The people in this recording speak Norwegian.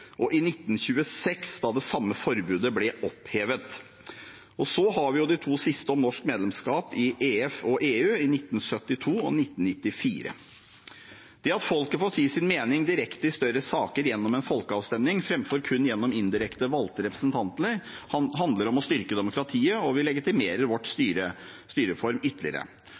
og i 1926, da det samme forbudet ble opphevet. Og så har vi de to siste om norsk medlemskap i EF og EU, i 1972 og i 1994. Det at folket får si sin mening direkte i større saker gjennom en folkeavstemning framfor kun gjennom indirekte valgte representanter, handler om å styrke demokratiet, og vi legitimerer vår styreform ytterligere.